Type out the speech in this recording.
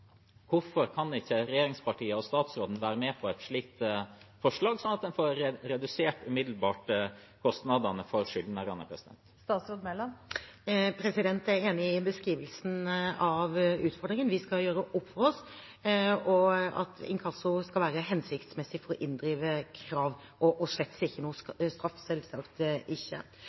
hvorfor kan ikke regjeringspartiene og statsråden være med på et slikt forslag, slik at en umiddelbart får redusert kostnadene for skyldnerne? Jeg er enig i beskrivelsen av utfordringen. Vi skal gjøre opp for oss, og inkasso skal være hensiktsmessig for å inndrive krav og slettes ikke noen straff – selvsagt ikke.